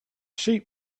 sheep